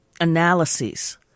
analyses